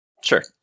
Sure